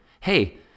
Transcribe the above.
hey